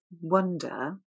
wonder